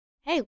hey